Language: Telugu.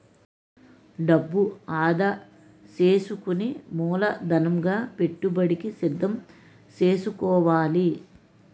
డబ్బు ఆదా సేసుకుని మూలధనంగా పెట్టుబడికి సిద్దం సేసుకోవాలి